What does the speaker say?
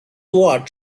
what